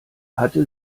hatte